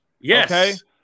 Yes